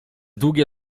długie